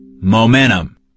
Momentum